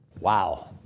Wow